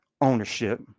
ownership